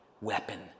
weapon